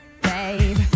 babe